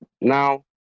Now